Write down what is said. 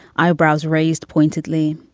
eyebrows raised pointedly.